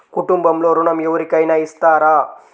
కుటుంబంలో ఋణం ఎవరికైనా ఇస్తారా?